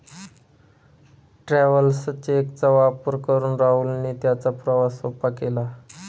travellers cheque चा वापर करून राहुलने त्याचा प्रवास सोपा केला